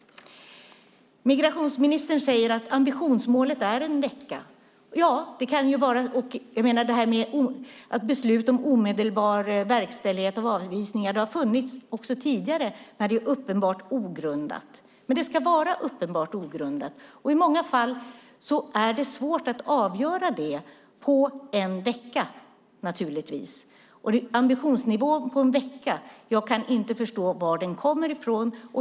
Migrationsministern säger att ambitionsmålet är en vecka. Möjligheten att fatta beslut om omedelbar verkställighet av avvisningar har funnits också tidigare när ansökan har varit uppenbart ogrundad. Men den ska vara uppenbart ogrundad. I många fall är det svårt att avgöra det på en vecka. Jag kan inte förstå varifrån ambitionsnivån en vecka kommer ifrån.